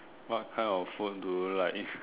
what kind of food do you like